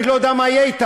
אני לא יודע מה יהיה אתה,